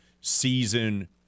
season